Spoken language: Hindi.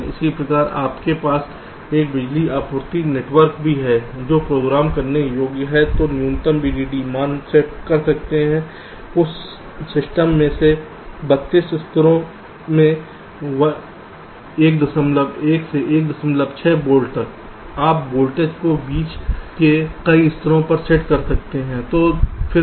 इसी प्रकार आपके पास एक बिजली आपूर्ति नेटवर्क भी है जो प्रोग्राम करने योग्य है जो न्यूनतम VDD मान सेट कर सकता है उस सिस्टम में यह 32 स्तरों में 11 से 16 वोल्ट तक है आप वोल्टेज को बीच में कई स्तरों पर सेट कर सकते हैं